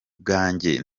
bwanjye